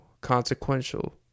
consequential